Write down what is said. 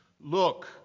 Look